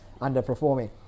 underperforming